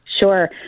Sure